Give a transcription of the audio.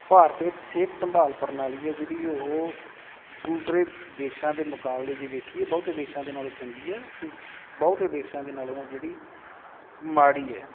ਭਾਰਤ ਵਿੱਚ ਸਿਹਤ ਸੰਭਾਲ ਪ੍ਰਣਾਲੀ ਹੈ ਜਿਹੜੀ ਉਹ ਦੂਸਰੇ ਦੇਸ਼ਾਂ ਦੇ ਮੁਕਾਬਲੇ ਜੇ ਵੇਖੀਏ ਬਹੁਤ ਦੇਸ਼ਾਂ ਦੇ ਨਾਲੋਂ ਚੰਗੀ ਹੈ ਅਤੇ ਬਹੁਤ ਦੇਸ਼ਾਂ ਦੇ ਨਾਲੋਂ ਆ ਜਿਹੜੀ ਮਾੜੀ ਹੈ